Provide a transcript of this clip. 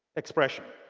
expression.